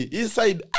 Inside